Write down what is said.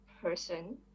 person